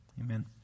Amen